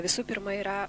visų pirma yra